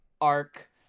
arc